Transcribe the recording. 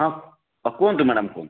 ହଁ କୁହନ୍ତୁ ମ୍ୟାଡ଼ାମ୍ କୁହନ୍ତୁ